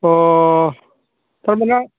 अ थारमाने आं